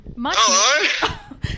hello